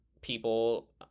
people